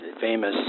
famous